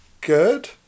good